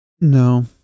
No